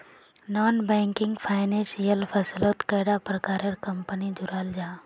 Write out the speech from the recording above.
Non banking financial फसलोत कैडा प्रकारेर कंपनी जुराल जाहा?